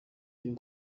ryo